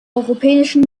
europäischen